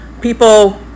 people